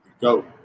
Go